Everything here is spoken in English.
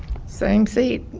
same seat.